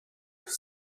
have